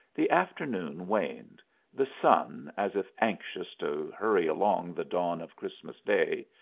the afternoon waned the sun, as if anxious to hurry along the dawn of christmas day,